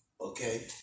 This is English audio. okay